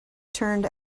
turned